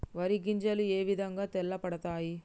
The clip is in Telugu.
వరి గింజలు ఏ విధంగా తెల్ల పడతాయి?